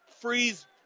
Freeze